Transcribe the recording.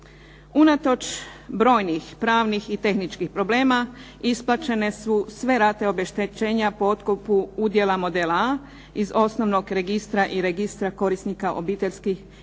Unatoč brojnih pravnih i tehničkih problema isplaćene su sve rate obeštećenja po otkupu udjela modela A iz Osnovnog registra i Registra korisnika obiteljskih i